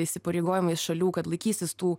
įsipareigojimais šalių kad laikysis tų